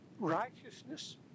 Righteousness